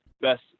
best